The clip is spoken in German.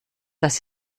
dass